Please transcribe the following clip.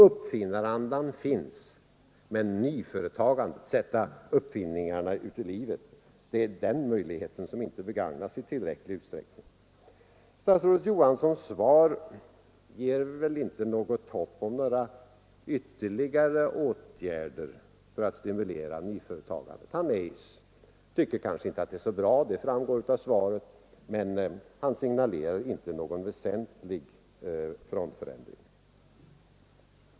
Uppfinnarandan finns, men möjligheterna att föra ut uppfinningarna i livet begagnas inte i tillräcklig utsträckning. Statsrådet Johanssons svar ger väl inte hopp om några ytterligare åtgärder för att stimulera nyföretagande. Han tycker inte att det är så bra — det framgår av svaret — men han signalerar inte någon väsentlig frontförändring.